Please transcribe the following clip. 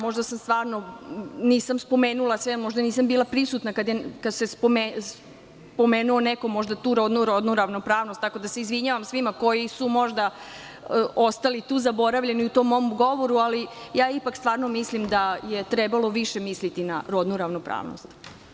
Možda stvarno nisam spomenula sve, možda nisam bila prisutna kada je neko spomenuo tu rodnu ravnopravnost, tako da se izvinjavam svima koji su možda ostali tu zaboravljeni u tom mom govoru, ali ipak stvarno mislim da je trebalo više misliti na rodnu ravnopravnost.